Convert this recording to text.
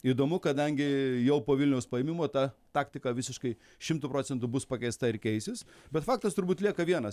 įdomu kadangi jau po vilniaus paėmimo ta taktika visiškai šimtu procentų bus pakeista ir keisis bet faktas turbūt lieka vienas